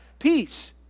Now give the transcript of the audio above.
peace